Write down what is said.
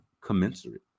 commensurate